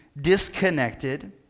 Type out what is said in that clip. disconnected